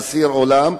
אסיר עולם,